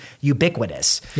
ubiquitous